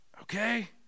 okay